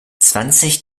zwanzig